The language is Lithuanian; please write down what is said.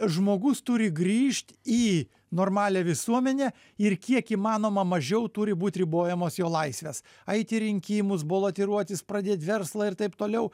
žmogus turi grįžt į normalią visuomenę ir kiek įmanoma mažiau turi būt ribojamos jo laisvės eiti į rinkimus bolotiruotis pradėt verslą ir taip toliau